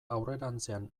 aurrerantzean